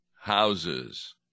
houses